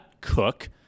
Cook